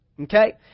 Okay